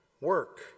work